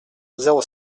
zéro